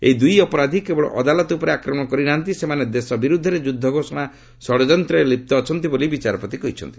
ଏହି ଦୁଇ ଅପରାଧି କେବଳ ଅଦାଲତ ଉପରେ ଆକ୍ରମଣ କରିନାହାନ୍ତି ସେମାନେ ଦେଶ ବିରୁଦ୍ଧରେ ଯୁଦ୍ଧ ଘୋଷଣା ଷଡ଼ଯନ୍ତ୍ରରେ ଲିପ୍ତ ଅଛନ୍ତି ବୋଲି ବିଚାରପତି କହିଛନ୍ତି